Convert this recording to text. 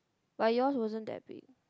but yours wasn't that big